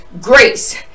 grace